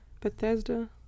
Bethesda